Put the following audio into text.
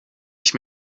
ich